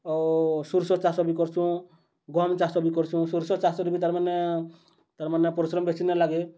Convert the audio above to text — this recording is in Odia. ଆଉ ସୁର୍ଷୋ ଚାଷ୍ ବି କର୍ସୁଁ ଗହମ ଚାଷ ବି କର୍ସୁଁ ସୁର୍ଷୋ ଚାଷ୍ରେ ବି ତା'ର୍ମାନେ ତା'ର୍ମାନେ ପରିଶ୍ରମ୍ ବେଶୀ ନାଇ ଲାଗେ